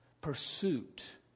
pursuit